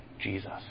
Jesus